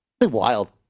Wild